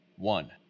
One